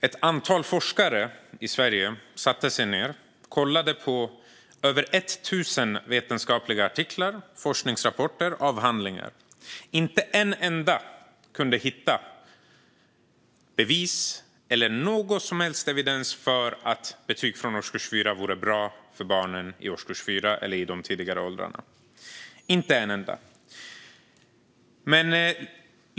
Ett antal forskare i Sverige satte sig då ned och kollade på över 1 000 vetenskapliga artiklar, forskningsrapporter och avhandlingar. Inte en enda kunde hitta någon som helst evidens för att betyg från årskurs 4 eller tidigare ålder vore bra för barnen - inte en enda.